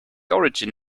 origin